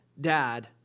dad